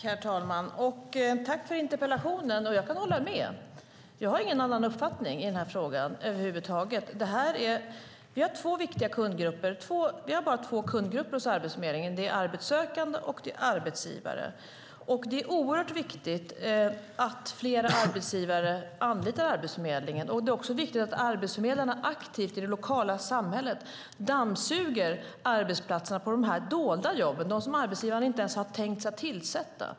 Herr talman! Jag tackar för interpellationen, och jag kan hålla med. Jag har ingen annan uppfattning i denna fråga över huvud taget. Vi har bara två kundgrupper hos Arbetsförmedlingen. Det är arbetssökande, och det är arbetsgivare. Det är oerhört viktigt att fler arbetsgivare anlitar Arbetsförmedlingen, och det är viktigt att arbetsförmedlarna aktivt dammsuger arbetsplatserna i det lokala samhället på de dolda jobben - de som arbetsgivarna inte ens har tänkt sig att tillsätta.